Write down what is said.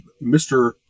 Mr